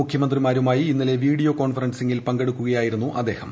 മുഖ്യമന്ത്രിമാരുമായി ഇന്നലെ വീഡിയോ കോൺഫറൻസിംഗിൽ പങ്കെടുക്കുകയായിരുന്നു അദ്ദേഹം